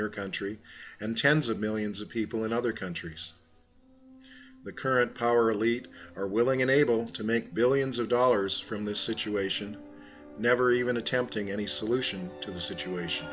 your country and tens of millions of people in other countries the current power elite are willing and able to make billions of dollars from this situation never even attempting any solution to the situation